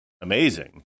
amazing